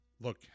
look